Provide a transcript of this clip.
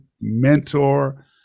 mentor